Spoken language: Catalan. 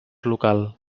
local